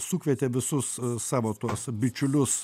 sukvietė visus savo tuos bičiulius